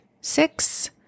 six